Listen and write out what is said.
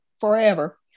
forever